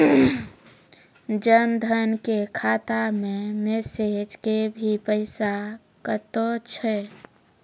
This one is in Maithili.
जन धन के खाता मैं मैसेज के भी पैसा कतो छ?